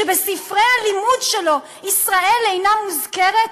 שבספרי הלימוד שלו ישראל אינה מוזכרת